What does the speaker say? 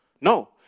No